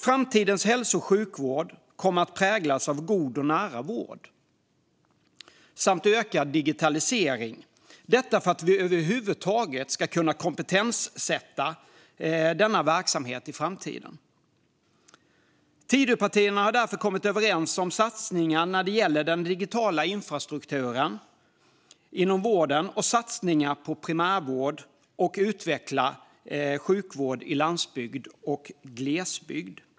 Framtidens hälso och sjukvård kommer att präglas av god och nära vård samt ökad digitalisering, detta för att vi över huvud taget ska kunna kompetenssätta denna verksamhet i framtiden. Tidöpartierna har därför kommit överens om satsningar när det gäller den digitala infrastrukturen inom vården och satsningar på primärvård och utvecklad sjukvård på landsbygd och i glesbygd.